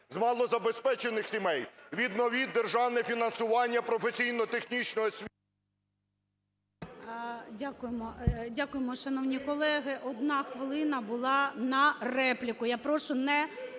з малозабезпечених сімей, відновіть державне фінансування професійно-технічної…